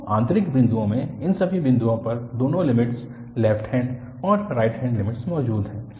तो आंतरिक बिंदुओं में इन सभी बिंदुओं पर दोनों लिमिट्स लेफ्ट हैन्ड और राइट हैन्ड लिमिट्स मौजूद हैं